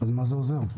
מה זה עוזר?